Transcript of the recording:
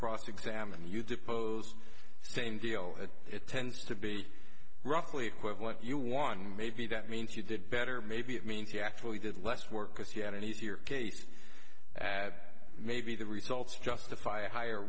cross examine you depose same deal it tends to be roughly equivalent you won maybe that means you did better maybe it means you actually did less work because you had an easier case at maybe the results justify a higher